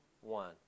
one